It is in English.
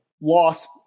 loss